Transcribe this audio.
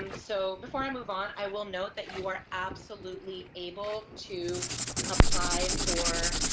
um so before i move on i will note that you are absolutely able to apply for